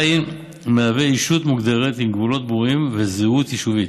עדיין מהווה ישות מוגדרת עם גבולות ברורים וזהות יישובית.